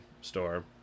store